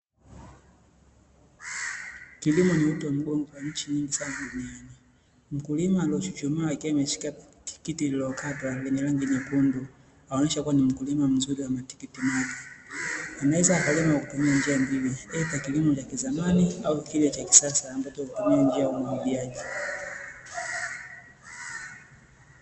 Kilimo ni uti wa mgongo kwa nchi nyingi sana duniani. Mkulima aliyechumama akiwa ameshika tikiti lililokatwa lenye rangi nyekundu anaonyesha kuwa ni mkulima mzuri wa matikiti maji. Anaweza akalima kwa kutumia njia mbili, kilimo cha kizamani au kile cha kisasa ambacho hutumia njia ya umwagiliaji.